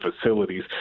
facilities